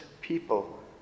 people